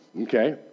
okay